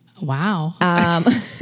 Wow